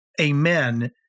Amen